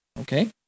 Okay